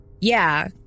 Yeah